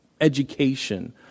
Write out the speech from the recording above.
education